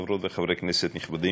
חברות וחברי כנסת נכבדים,